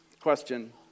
question